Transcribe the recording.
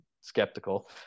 skeptical